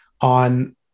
on